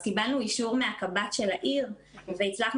אז קיבלנו אישור מהקב"ט של העיר והצלחנו